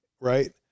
right